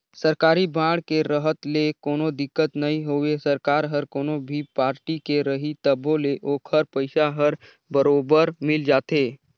सरकारी बांड के रहत ले कोनो दिक्कत नई होवे सरकार हर कोनो भी पारटी के रही तभो ले ओखर पइसा हर बरोबर मिल जाथे